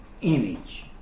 image